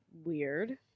weird